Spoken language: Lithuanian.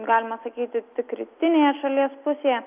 galima sakyti tik rytinėje šalies pusėje